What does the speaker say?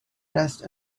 dressed